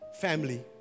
family